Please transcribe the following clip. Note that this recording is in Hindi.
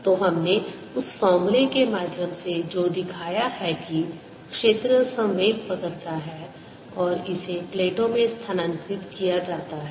तो हमने उस फॉर्मूले के माध्यम से जो दिखाया है कि क्षेत्र संवेग पकड़ता है और इसे प्लेटों में स्थानांतरित किया जाता है